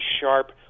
sharp